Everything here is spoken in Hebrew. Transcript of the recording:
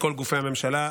לכל גופי הממשלה,